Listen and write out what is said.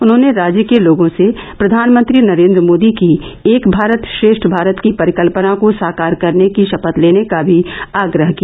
उन्होंने राज्य के लोगों से प्रधानमंत्री नरेन्द्र मोदी की एक भारत श्रेष्ठ भारत की परिकल्पना को साकार करने की शपथ लेने का भी आग्रह किया